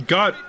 God